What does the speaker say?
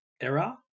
era